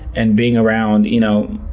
and being around, you know,